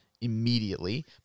immediately